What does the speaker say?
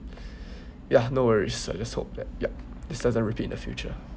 ya no worries I just hope that yup this doesn't repeat in the future